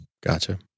Gotcha